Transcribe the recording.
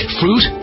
fruit